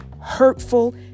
hurtful